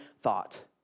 thought